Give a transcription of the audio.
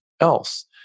else